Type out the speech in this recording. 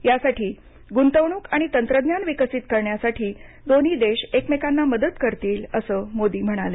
यासाठी गुंतवणूक आणि तंत्रज्ञान विकसित करण्यासाठी दोन्ही देश एकमेकांना मदत करतील असं मोदी म्हणाले